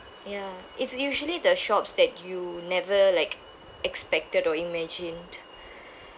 ya it's usually the shops that you never like expected or imagined